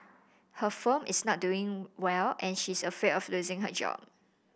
her firm is not doing well and she is afraid of losing her job